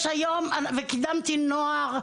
יש היום ואני קידמתי נוער,